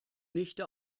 nichte